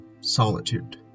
solitude